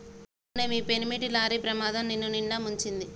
అవునే మీ పెనిమిటి లారీ ప్రమాదం నిన్నునిండా ముంచింది